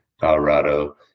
Colorado